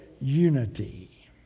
unity